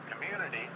community